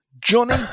Johnny